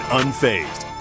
unfazed